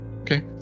Okay